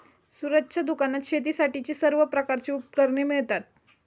सूरजच्या दुकानात शेतीसाठीची सर्व प्रकारची उपकरणे मिळतात